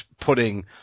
putting